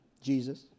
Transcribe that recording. Jesus